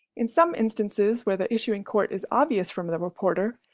in some instances where the issuing court is obvious from the reporter,